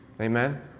Amen